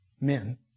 men